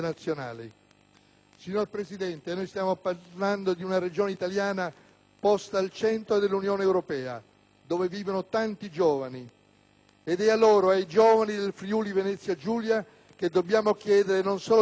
Signor Presidente, stiamo parlando di una Regione italiana posta al centro dell'Unione europea, dove vivono tanti giovani. Ed è a loro, ai giovani del Friuli‑Venezia Giulia, che dobbiamo chiedere non solo di ricordare,